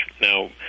Now